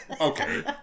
Okay